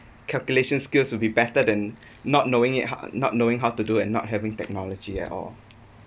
calculation skills will be better than not knowing it not knowing how to do and not having technology at all